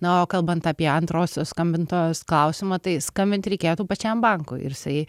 na o kalbant apie antrosios skambintojas klausimą tai skambint reikėtų pačiam bankui ir jisai